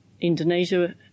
Indonesia